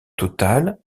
totale